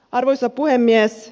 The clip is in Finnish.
arvoisa puhemies